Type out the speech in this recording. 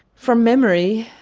from memory,